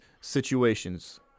situations